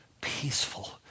peaceful